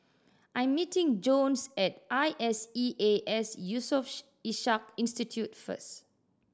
I am meeting Jones at I S E A S Yusof Ishak Institute first